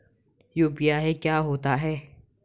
UPI क्या होता है?